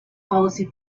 policy